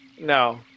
No